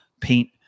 paint